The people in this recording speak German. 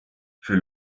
für